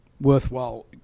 worthwhile